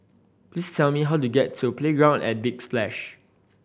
please tell me how to get to Playground at Big Splash